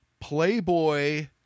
Playboy